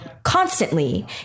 constantly